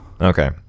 Okay